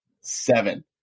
Seven